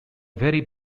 very